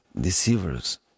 deceivers